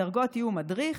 הדרגות יהיו: מדריך,